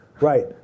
right